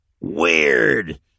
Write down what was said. Weird